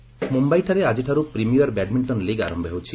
badminton ମୁମ୍ୟାଇଠାରେ ଆଜିଠାରୁ premier badminton league PBL ଆରମ୍ଭ ହେଉଛି